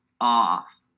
Off